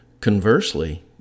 Conversely